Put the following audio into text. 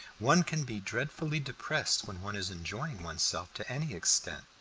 one can be dreadfully depressed when one is enjoying one's self to any extent.